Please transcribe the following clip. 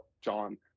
John